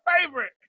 favorite